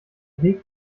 weg